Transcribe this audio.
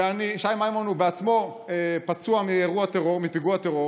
שהוא עצמו פצוע מפיגוע טרור,